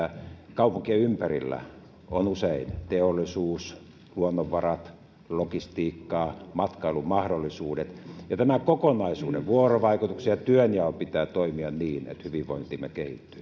kaupunkien ympärillä on usein teollisuus luonnonvarat logistiikkaa matkailumahdollisuudet ja tämän kokonaisuuden vuorovaikutuksen ja työnjaon pitää toimia niin että hyvinvointimme kehittyy